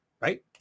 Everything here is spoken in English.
right